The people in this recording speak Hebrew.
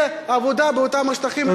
ובעצמו מברך על כך שלא תהיה עבודה באותם השטחים,